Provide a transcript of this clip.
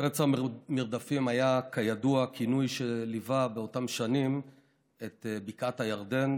"ארץ המרדפים" היה כידוע הכינוי שליווה באותן שנים את בקעת הירדן,